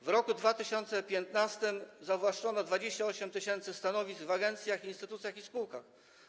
W roku 2015 zawłaszczono 28 tys. stanowisk w agencjach, instytucjach i spółkach.